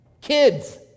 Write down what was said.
kids